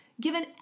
given